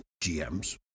GMs